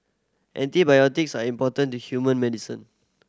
antibiotics are important to human medicine